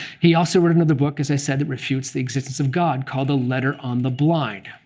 he also wrote another book, as i said, that refutes the existence of god called the letter on the blind.